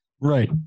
Right